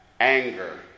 anger